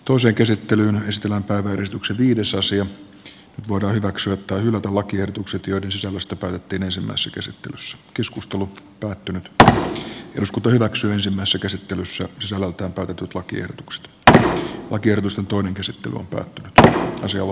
toisen käsittelyn ystävän päivän ristuksen nyt voidaan hyväksyä tai hylätä lakiehdotukset joiden sisällöstä päätettiin ensimmäisessä käsittelyssä sisällöltään pakatut vakio x d ulkertusta toinen käsittely on pitkä osio